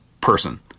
person